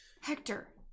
Hector